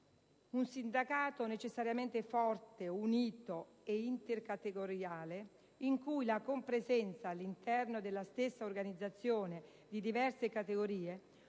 Un sindacato necessariamente forte, unito e intercategoriale in cui la compresenza, all'interno della stessa organizzazione, di diverse categorie